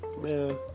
Man